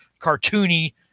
cartoony